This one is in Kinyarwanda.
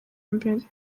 mbere